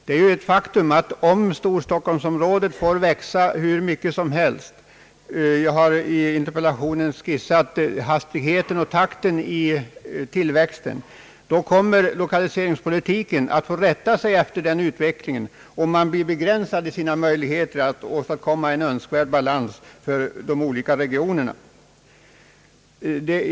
Det är ett faktum att om storstockholmsområdet får växa hur mycket som helst — jag har i interpellationen skissat hastigheten i tillväxten — då kommer lokaliseringspolitiken att få rätta sig efter den utvecklingen, och möjligheterna att nå en önskvärd balans för de olika regionerna begränsas.